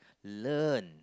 learn